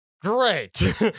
great